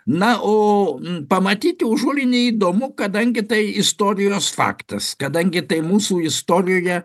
na o pamatyti užulėnį įdomu kadangi tai istorijos faktas kadangi tai mūsų istorijoje